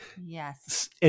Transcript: Yes